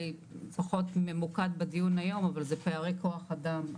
פחות ממוקד בדיון היום אבל זה פערי כוח אדם,